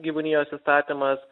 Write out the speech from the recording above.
gyvūnijos įstatymas